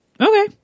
Okay